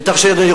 ותרשה לי,